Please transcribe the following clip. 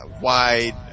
wide